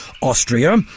Austria